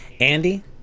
Andy